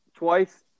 Twice